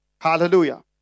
Hallelujah